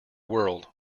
world